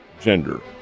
gender